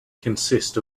consist